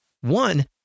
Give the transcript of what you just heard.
One